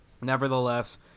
nevertheless